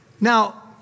Now